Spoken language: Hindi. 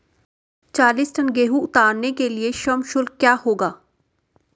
चालीस टन गेहूँ उतारने के लिए श्रम शुल्क क्या होगा?